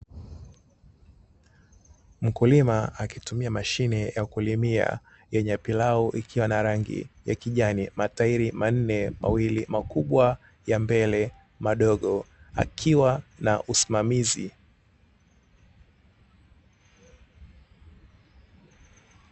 Mkulima akitumia mashine ya kulimia yenye plau, ikiwa na rangi ya kijani, matairi manne (mawili makubwa, ya mbele madogo); akiwa na usimamizi.